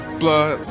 blood